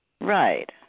Right